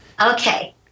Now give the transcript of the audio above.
Okay